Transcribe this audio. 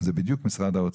זה בדיוק משרד האוצר.